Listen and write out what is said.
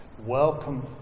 Welcome